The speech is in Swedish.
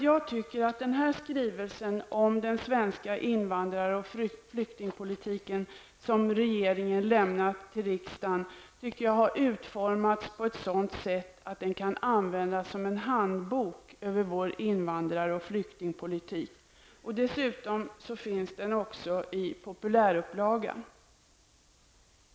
Jag tycker att denna skrivelse om den svenska invandrar och flyktingpolitiken, som regeringen lämnat till riksdagen, har utformats på ett sådant sätt att den kan användas som en handbok över vår invandrar och flyktingpolitik. Dessutom finns den också i populärupplaga.